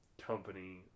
company